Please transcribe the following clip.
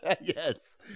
Yes